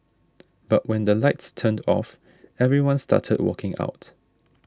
but when the lights turned off everyone started walking out